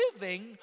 living